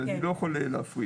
אני לא יכול להפריד,